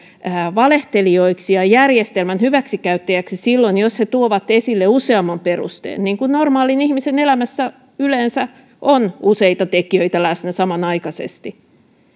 valehtelijoiksi ja ja järjestelmän hyväksikäyttäjäksi silloin jos he tuovat esille useamman perusteen niin kuin normaalin ihmisen elämässä yleensä on useita tekijöitä läsnä samanaikaisesti